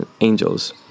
angels